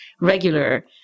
regular